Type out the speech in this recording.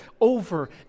over